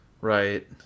Right